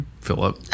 Philip